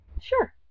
Sure